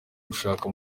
gushaka